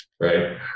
right